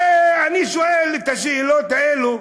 אני שואל את השאלות האלו,